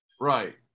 Right